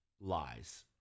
lies